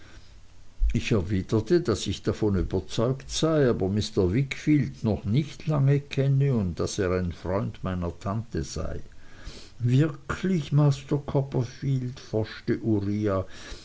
ich erwiderte daß ich davon überzeugt sei aber mr wickfield noch nicht lange kenne und daß er ein freund meiner tante sei wirklich master copperfield forschte uriah